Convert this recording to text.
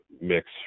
mix